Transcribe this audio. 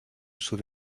sud